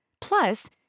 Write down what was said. Plus